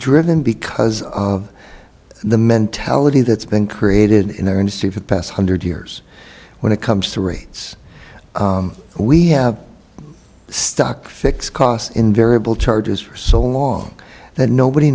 driven because of the mentality that's been created in our industry for the past hundred years when it comes to rates we have stuck fixed costs in variable charges for so long that nobody